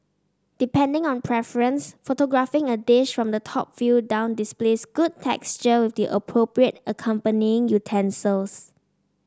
depending on preference photographing a dish from the top view down displays good texture with the appropriate accompanying utensils